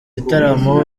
gitaramo